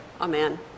Amen